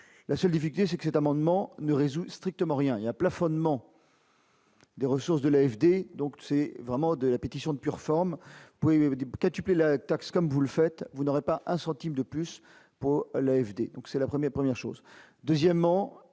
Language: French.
la seule difficulté, c'est que cet amendement ne résout strictement rien, il y a plafonnement. Des ressources de l'AFD, donc c'est vraiment de la pétition de pure forme, pouvez-vous dire quintupler la taxe, comme vous le faites, vous n'aurez pas un centime de plus pour l'AFD, donc c'est la première, première chose, deuxièmement